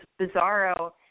bizarro